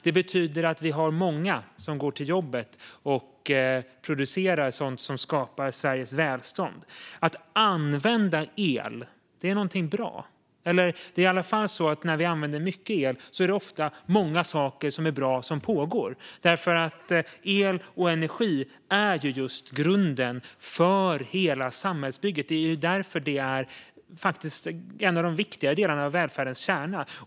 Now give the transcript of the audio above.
Det betyder att vi har många som går till jobbet och producerar sådant som skapar Sveriges välstånd. Att använda el är någonting bra. Det är i alla fall så att när vi använder mycket el är det ofta många bra saker som pågår. El och energi är ju grunden för hela samhällsbygget. Därför är det också, faktiskt, en av de viktigare delarna i välfärdens kärna.